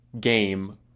game